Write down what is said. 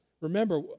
remember